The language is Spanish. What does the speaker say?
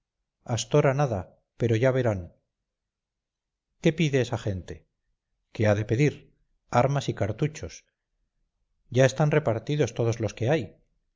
astora nada pero ya verán qué pide esa gente qué ha de pedir armas y cartuchos ya están repartidos todos los que hay